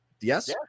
yes